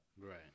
Right